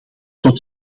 tot